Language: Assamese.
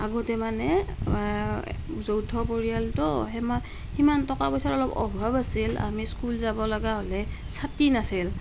আগতে মানে যৌথ পৰিয়ালতো হেই মানে সিমান টকা পইছাৰ অলপ অভাৱ আছিল আমি স্কুল যাব লগা হ'লে ছাতি নাছিল